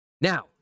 Now